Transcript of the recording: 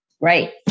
Right